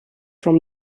from